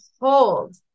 hold